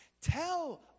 Tell